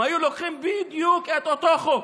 אם היו לוקחים בדיוק את אותו חוק